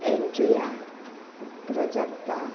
Andrea Prajakta